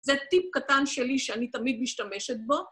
זה טיפ קטן שלי שאני תמיד משתמשת בו.